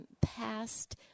past